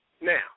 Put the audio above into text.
Now